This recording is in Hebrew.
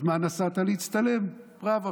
אז מה, נסעת להצטלם, בראבו.